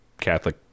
Catholic